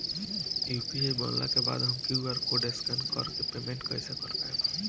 UPI बनला के बाद हम क्यू.आर कोड स्कैन कर के पेमेंट कइसे कर पाएम?